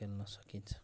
खेल्न सकिन्छ